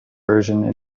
version